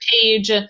page